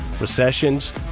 recessions